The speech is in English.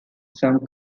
some